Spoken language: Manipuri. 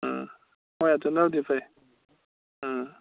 ꯎꯝ ꯍꯣꯏ ꯑꯗꯨꯅꯕꯨꯗꯤ ꯐꯩ ꯎꯝ